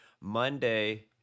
Monday